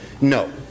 No